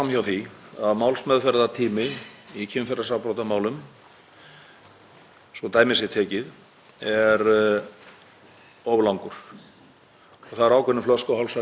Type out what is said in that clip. það eru ákveðnir flöskuhálsar í kerfinu. Þetta á reyndar ekki bara við um kynferðisafbrotamál heldur á þetta við um aðra málaflokka einnig.